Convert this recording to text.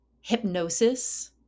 hypnosis